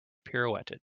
pirouetted